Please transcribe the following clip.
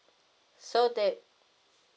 so that